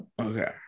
Okay